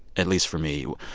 at least for me,